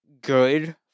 good